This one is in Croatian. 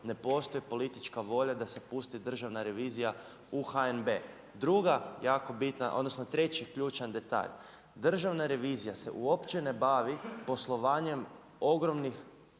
ne postoji politička volja da se pusti Državna revizija u HNB. Druga jako bitna, odnosno, treći ključan detalj. Državna revizija se uopće ne bavi poslovanjem ogromnih